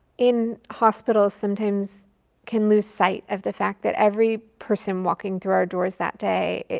in hospitals, sometimes can lose sight of the fact that every person walking through our doors that day,